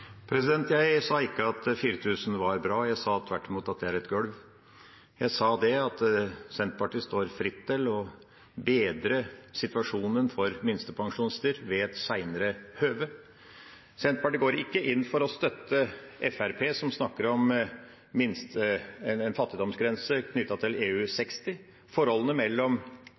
Jeg sa ikke at 4 000 kr var bra; jeg sa tvert imot at det er et golv. Jeg sa at Senterpartiet står fritt til å bedre situasjonen for minstepensjonister ved et senere høve. Senterpartiet går ikke inn for å støtte Fremskrittspartiet, som snakker om en fattigdomsgrense knyttet til EU60. Forholdet mellom ytelser betalt av det offentlige i EU